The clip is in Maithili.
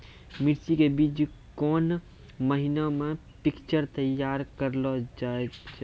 मिर्ची के बीज कौन महीना मे पिक्चर तैयार करऽ लो जा?